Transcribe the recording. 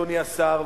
אדוני השר,